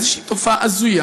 איזו תופעה הזויה